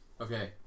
Okay